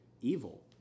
evil